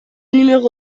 numéro